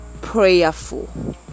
prayerful